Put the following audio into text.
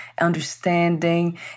understanding